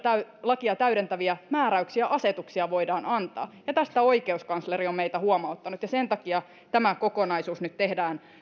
lakeja täydentäviä määräyksiä ja asetuksia voidaan antaa ja tästä oikeuskansleri on meitä huomauttanut ja sen takia tämä kokonaisuus nyt tehdään